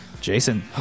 Jason